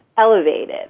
Elevated